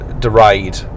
deride